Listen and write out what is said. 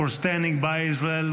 for standing by Israel.